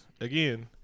again